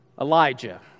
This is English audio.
Elijah